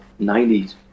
90s